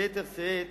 וביתר שאת